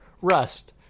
Rust